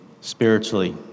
spiritually